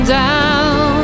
down